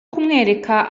kumwereka